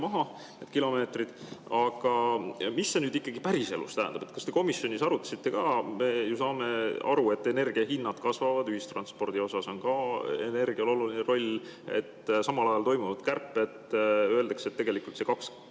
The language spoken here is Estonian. maha, need kilomeetrid. Aga mis see nüüd ikkagi päriselus tähendab? Kas te komisjonis arutasite seda? Me ju saame aru, et energia hinnad kasvavad, ühistranspordis on energial ka oluline roll. Samal ajal toimuvad kärped, öeldakse, et tegelikult see 2%